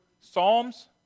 Psalms